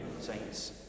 saints